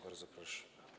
Bardzo proszę.